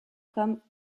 comme